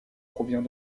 provient